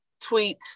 tweet